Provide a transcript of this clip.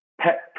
pet